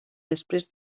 després